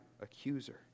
accuser